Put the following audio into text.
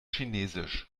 chinesisch